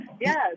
Yes